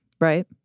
right